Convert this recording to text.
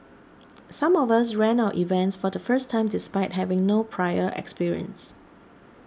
some of us ran our events for the first time despite having no prior experience